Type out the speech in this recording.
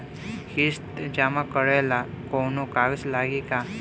किस्त जमा करे ला कौनो कागज लागी का?